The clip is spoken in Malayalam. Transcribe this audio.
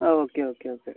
ആ ഓക്കെ ഓക്കെ ഓക്കെ